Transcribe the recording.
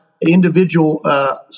individual